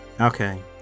Okay